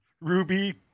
Ruby